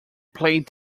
played